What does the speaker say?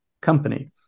company